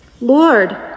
Lord